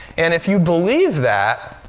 and if you believe that,